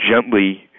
gently